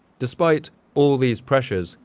despite all these pressures,